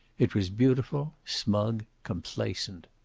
it was beautiful, smug, complacent.